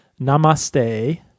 Namaste